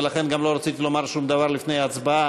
ולכן גם לא רציתי לומר שום דבר לפני ההצבעה.